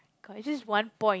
cause is this one point